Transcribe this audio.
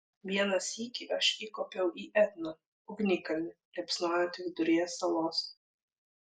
vieną sykį aš įkopiau į etną ugnikalnį liepsnojantį viduryje salos